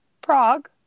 prague